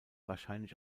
wahrscheinlich